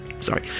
sorry